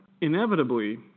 Inevitably